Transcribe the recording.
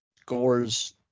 scores